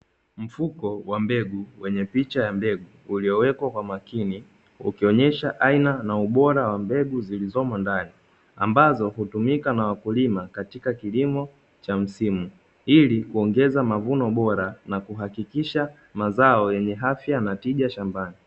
Mfuko wa mbegu wenye picha ya mbegu uliowekwa kwa makini ukionesha aina na ubora wa mbegu zilizomo ndani, ambazo hutumika na wakulima katika kilimo cha msimu ili kuongeza mavuno bora na kuhakikisha mazao yenye afya na tija shambani.